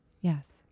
Yes